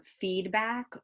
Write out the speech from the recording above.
Feedback